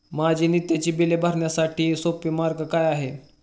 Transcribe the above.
माझी नित्याची बिले भरण्यासाठी सोपा मार्ग काय आहे?